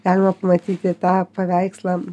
galima pamatyti tą paveikslą